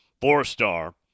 four-star